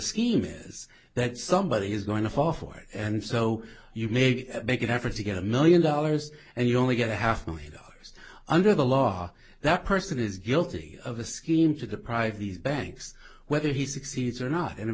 scheme is that somebody is going to offer it and so you maybe make an effort to get a million dollars and you only get a half million dollars under the law that person is guilty of a scheme to deprive these banks whether he succeeds or not and in